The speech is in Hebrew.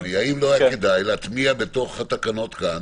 האם לא היה כדאי להטמיע בתוך התקנות כאן